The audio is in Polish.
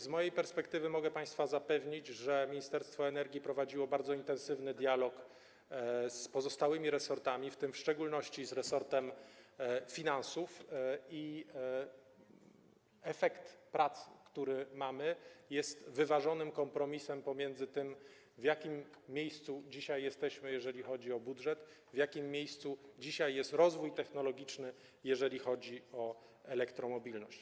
Z mojej perspektywy mogę państwa zapewnić, że Ministerstwo Energii prowadziło bardzo intensywny dialog z pozostałymi resortami, w tym w szczególności z resortem finansów, i efekt pracy, który mamy, jest wyważonym kompromisem pomiędzy tym, w jakim miejscu dzisiaj jesteśmy, jeżeli chodzi o budżet, i tym, w jakim miejscu dzisiaj jest rozwój technologiczny, jeżeli chodzi o elektromobilność.